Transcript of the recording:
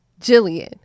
Jillian